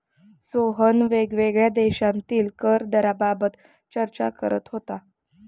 सोहन वेगवेगळ्या देशांतील कर दराबाबत चर्चा करत होता